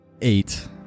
Eight